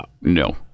No